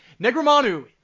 Negramanu